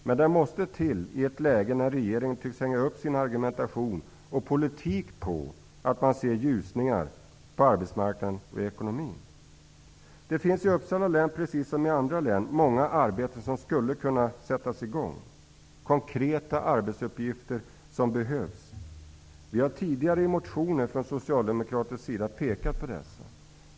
Men den måste till i ett läge när regeringen tycks hänga upp sin argumentation och politik på att där skall vara ljusningar på arbetsmarknaden och i ekonomin. Det finns i Uppsala län, precis som i andra län, många arbetstillfällen som skulle kunna sättas i gång. Det är fråga om konkreta arbetsuppgifter. Vi har tidigare i motioner väckta av socialdemokrater pekat på dessa arbetstillfällen.